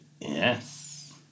yes